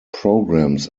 programs